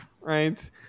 right